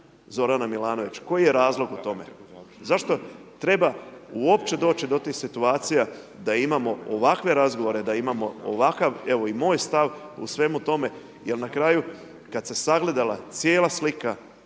Zorana Milanovića? Koji je razlog u tome? Zašto treba uopće doći do tih situacija da imamo ovakve razgovore, da imamo ovakav, evo i moj stav u svemu tome, jer na kraju kada se sagledala cijela slika